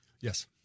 Yes